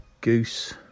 Goose